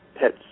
pet's